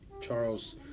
Charles